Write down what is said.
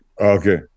Okay